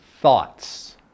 thoughts